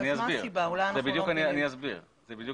אני אסביר.